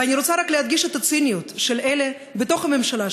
ואני רוצה רק להדגיש את הציניות של אלה בתוך הממשלה,